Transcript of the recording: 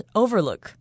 overlook